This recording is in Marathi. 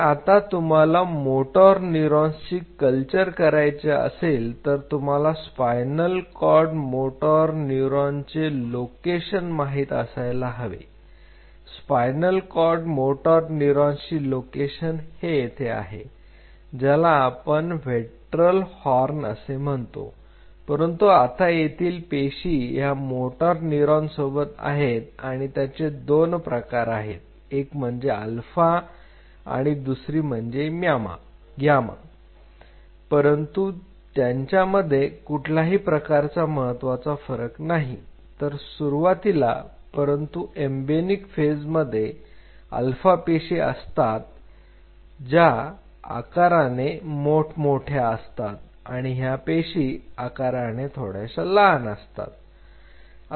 तर आता तुम्हाला मोटर न्यूरॉन्सची कल्चर करायचे असेल तर तुम्हाला स्पायनल कॉर्ड मोटर न्यूरॉनचे लोकेशन माहीत असायला हवे स्पायनल कॉर्ड मोटर न्यूरॉनची लोकेशन हे इथे आहे ज्याला आपण व्हेंट्रल हॉर्न असे म्हणतो परंतु आता तेथील पेशी ह्या मोटर न्यूरॉनसोबत आहेत आणि त्यांचे दोन प्रकार आहेत एक म्हणजे अल्फा आणि दुसरी म्हणजे ग्यामा परंतु त्यांच्यामध्ये कुठलाही प्रकारचा महत्त्वाचा फरक नाही तर सुरुवातीला परंतु एम्ब्र्योनिक फेजमध्ये अल्फा पेशी असतात त्या आकाराने थोड्या मोठ्या असतात आणि ह्या पेशी आकाराने थोडाशा लहान असतात